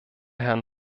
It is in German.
herrn